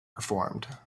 performed